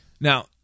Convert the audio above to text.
Now